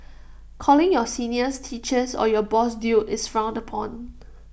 calling your seniors teachers or your boss dude is frowned upon